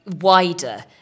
wider